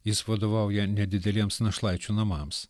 jis vadovauja nedideliems našlaičių namams